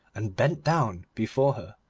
and bent down before her.